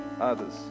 others